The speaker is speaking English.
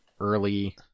early